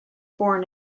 born